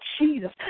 jesus